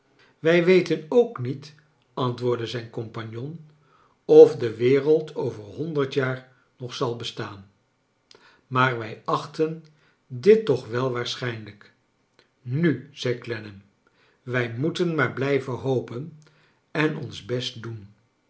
wij weten ook niet antwoordde zijn compagnon of de wereid over honderd jaar nog zal bestaan maar wij achten dit toch wel waarschijnlijk nu zei clennam wij moeteo maar blijven hopen en ons best doen